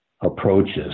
approaches